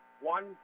One